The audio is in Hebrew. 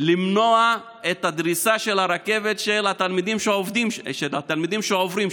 למנוע דריסה של רכבת את התלמידים שעוברים שם.